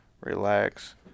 relax